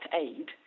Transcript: aid